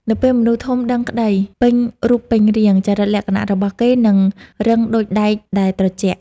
នៅពេលមនុស្សធំដឹងក្ដីពេញរូបពេញរាង ចរិតលក្ខណៈរបស់គេនឹងរឹងដូចដែកដែលត្រជាក់។